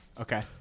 Okay